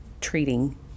treating